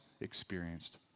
experienced